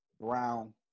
Brown